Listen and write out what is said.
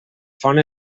font